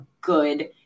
good